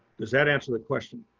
does that answer the question,